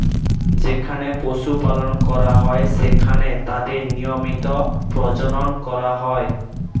যেখানে পশু পালন করা হয়, সেখানে তাদের নিয়মিত প্রজনন করা হয়